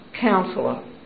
counselor